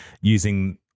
using